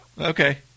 Okay